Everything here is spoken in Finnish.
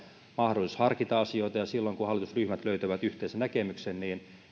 mahdollisuus harkita asioita ja silloin kun hallitusryhmät löytävät yhteisen näkemyksen